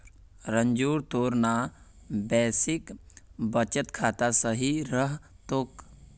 रंजूर तोर ना बेसिक बचत खाता सही रह तोक